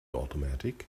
automatic